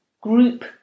group